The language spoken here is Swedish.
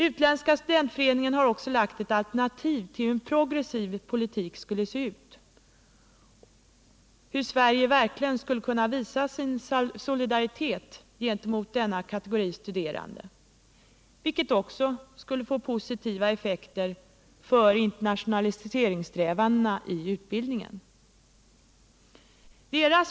Utländska studentföreningen har även framlagt ett alternativ i fråga om en progressiv politik — hur Sverige verkligen skulle kunna visa sin solidaritet gentemot denna kategori studerande, vilket också skulle få positiva effekter för internationaliseringssträvandena i utbildningen.